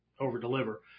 over-deliver